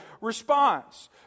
response